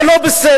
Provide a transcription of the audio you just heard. זה לא בסדר,